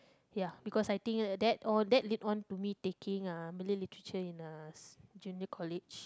ya because I think that or that lead on to me taking ah Malay literature in junior college